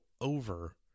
over